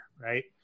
right